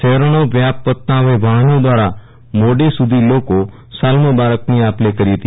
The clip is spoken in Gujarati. શહેરોનો વ્યાપ વધતા હવે વાહનો દ્વારા મોડે સુધી લોકો સાલ મુબારકની આપ લે કરી હતી